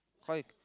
five